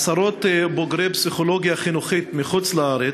עשרות בוגרי פסיכולוגיה חינוכית מחוץ-לארץ,